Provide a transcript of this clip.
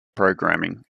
programming